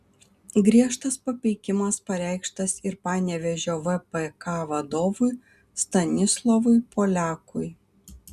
griežtas papeikimas pareikštas ir panevėžio vpk vadovui stanislovui poliakui